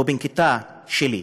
הוא בן כיתה שלי.